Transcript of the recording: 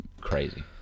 crazy